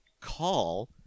call